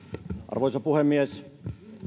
arvoisa puhemies arvoisa herra